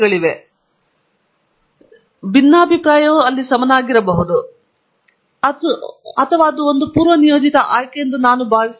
ಉದಾಹರಣೆಗೆ ಭಿನ್ನಾಭಿಪ್ರಾಯವು ಸಮನಾಗಿರುತ್ತದೆ ನಾನು ಸಮಾನತೆ ಇಲ್ಲ ಮತ್ತು ಅದು ಒಂದು ಪೂರ್ವನಿಯೋಜಿತ ಆಯ್ಕೆ ಎಂದು ನಾನು ಭಾವಿಸಿದ್ದೇನೆ